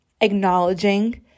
acknowledging